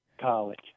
college